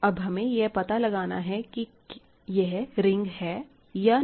अब हमें यह पता लगाना है कि यह रिंग है या नहीं